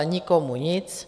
Nikomu nic.